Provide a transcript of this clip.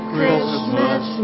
Christmas